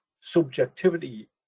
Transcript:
subjectivity